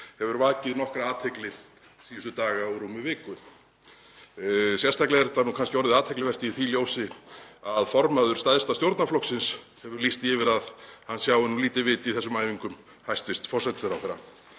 hefur vakið nokkra athygli síðustu daga og viku. Sérstaklega er þetta orðið athyglisvert í því ljósi að formaður stærsta stjórnarflokksins hefur lýst því yfir að hann sjái nú lítið vit í þessum æfingum hæstv. forsætisráðherra.